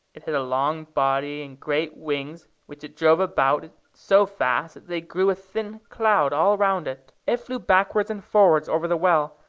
it had a long body and great wings, which it drove about it so fast that they grew a thin cloud all round it. it flew backwards and forwards over the well,